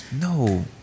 No